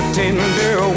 tender